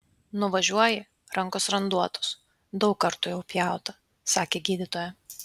nuvažiuoji rankos randuotos daug kartų jau pjauta sakė gydytoja